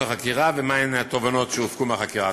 החקירה ומה הן התובנות שהופקו מהחקירה.